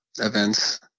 events